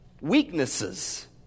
weaknesses